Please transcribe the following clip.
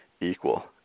equal